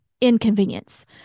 inconvenience